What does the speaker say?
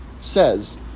says